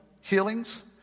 healings